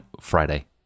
Friday